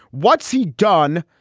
what's he done?